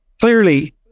clearly